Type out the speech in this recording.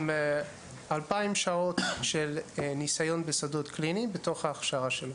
יש לו 2,000 שעות של ניסיון בשדות הקליניים בתוך ההכשרה שלו.